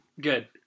Good